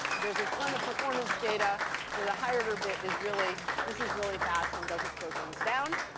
there's a ton of performance data where the high order bit is really this is really fast and doesn't slow things down.